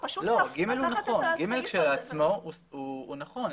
סעיף (ג) כשלעצמו הוא נכון.